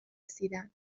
رسیدند